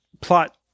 plot